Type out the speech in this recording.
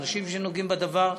עם האנשים שנוגעים בדבר,